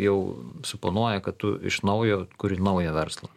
jau suponuoja kad tu iš naujo kuri naują verslą